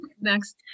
next